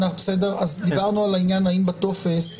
דיברנו על הטופס,